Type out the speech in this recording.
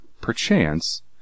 perchance